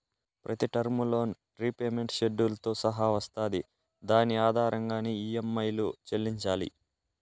ప్రతి term loan repayment షెడ్యూల్తో సహా వస్తాది దాని ఆధారంగానే ఈ.యం.ఐలు చెల్లించాలి